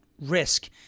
risk